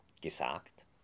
Gesagt